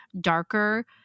darker